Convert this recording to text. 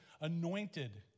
anointed